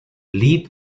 lead